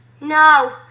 No